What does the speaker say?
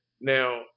Now